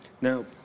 Now